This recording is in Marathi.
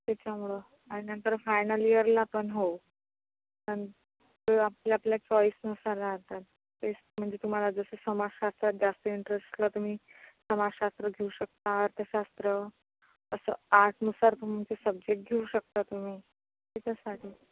तेच्यामुळं आणि नंतर फायनल ईयरला पण हो आणि आपल्याआपल्या चॉईसनुसार राहतात तेच म्हणजे तुम्हाला जसं समाजशास्त्रात जास्त इंट्रेस्ट तर तुम्ही समाजशास्त्र घेऊ शकता अर्थशास्त्र असं आर्टनुसार तुमचं सब्जेक्ट घेऊ शकता तुम्ही तेच्याचसाठी